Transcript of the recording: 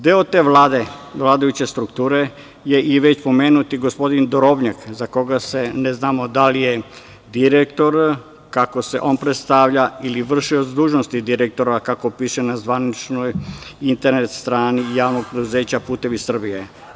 Deo te Vlade vladajuće strukture je i već pomenuti gospodin Drobnjak za koga ne znamo da li je direktor, kako se on predstavlja ili v.d. direktora, kako piše na zvaničnoj internet strani JP „Putevi Srbije“